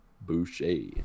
Boucher